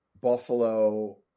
Buffalo